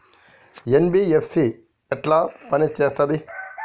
NBFC ఎట్ల పని చేత్తది?